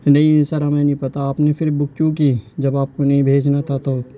نہیں سر ہمیں نہیں پتا آپ نے پھر بک کیوں کی جب آپ کو نہیں بھیجنا تھا تو